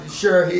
sure